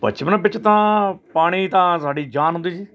ਬਚਪਨ ਵਿੱਚ ਤਾਂ ਪਾਣੀ ਤਾਂ ਸਾਡੀ ਜਾਨ ਹੁੰਦੀ ਸੀ